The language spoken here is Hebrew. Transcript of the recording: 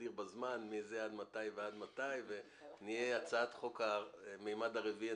נגדיר בזמן ממתי ועד מתי ונהיה הצעת חוק המימד הרביעי.